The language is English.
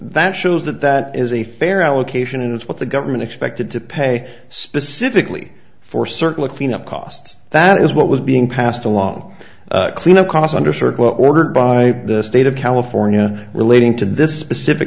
that shows that that is a fair allocation and that's what the government expected to pay specifically for circle of cleanup costs that is what was being passed along cleanup costs under circle ordered by the state of california relating to this specific